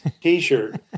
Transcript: t-shirt